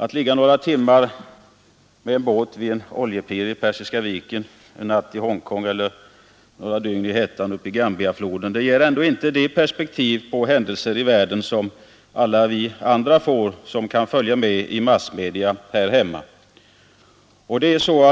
Att ligga några timmar med en båt i en oljehamn i Persiska viken, en natt i Hongkong eller några dygn i hettan uppe i Gambiafloden ger ändå inte det perspektiv på händelser i världen som alla vi andra får genom att följa med i massmedia här hemma.